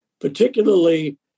particularly